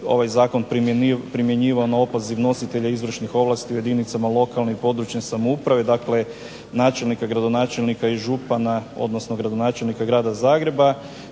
ovaj Zakon primjenjivao na opoziv nositelja izvršnih ovlasti u jedinicama lokalne i područne samouprave, dakle, načelnika, gradonačelnika i župana odnosno gradonačelnika grada Zagreba